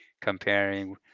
comparing